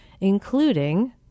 including